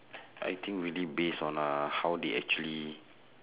I think really based on uh how they actually